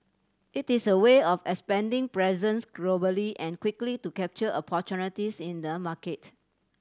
it is a way of expanding presence globally and quickly to capture opportunities in the market